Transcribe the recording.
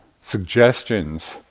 suggestions